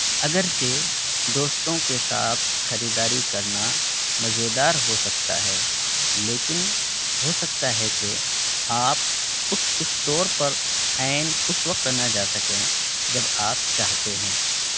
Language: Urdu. اگرچہ دوستوں کے ساتھ خریداری کرنا مزیدار ہو سکتا ہے لیکن ہو سکتا ہے کہ آپ اس اسٹور پر عین اس وقت نہ جا سکیں جب آپ چاہتے ہیں